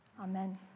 Amen